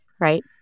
right